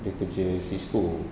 dia kerja CISCO